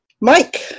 Mike